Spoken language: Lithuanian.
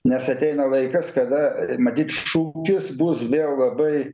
nes ateina laikas kada ir matyt šūkis bus vėl labai